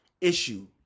issue